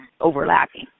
overlapping